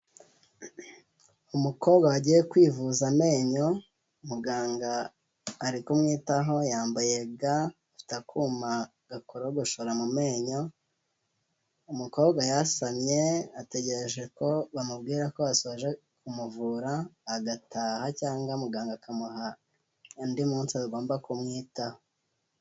Umukobwa wagiye kwivuza amenyo muganga ari kumwitaho yambaye ga afite akuma gakorogoshora mu menyo, umukobwa yasamye ategereje ko bamubwira ko asoje kumuvura agataha cyangwa muganga akamuha undi munsi agomba kumwitaho.